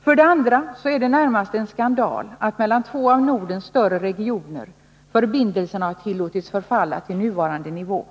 För det andra är det närmast en skandal att förbindelserna mellan två av Nordens större regioner har tillåtits förfalla till nuvarande nivå.